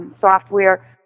software